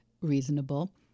reasonable